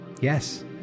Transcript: Yes